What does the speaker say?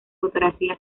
fotografía